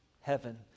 heaven